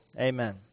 Amen